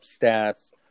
stats